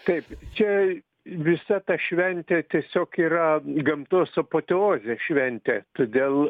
kaip čia visa ta šventė tiesiog yra gamtos apoteozė šventė todėl